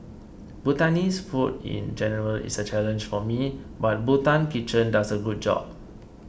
Bhutanese food in general is a challenge for me but Bhutan Kitchen does a good job